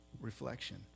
Reflection